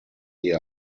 ihr